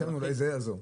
חשבנו שאולי זה יעזור.